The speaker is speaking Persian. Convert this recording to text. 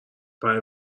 برای